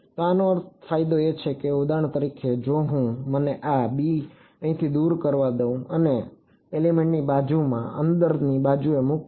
તો આનો ફાયદો એ છે કે ઉદાહરણ તરીકે જો હું મને આ b ને અહીંથી દૂર કરવા દઉં અને તેને આ એલિમેન્ટની બાજુમાં અંદરની બાજુએ મુકું